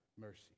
mercy